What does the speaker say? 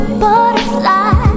butterfly